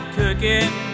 cooking